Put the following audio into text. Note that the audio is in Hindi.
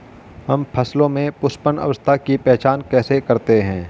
हम फसलों में पुष्पन अवस्था की पहचान कैसे करते हैं?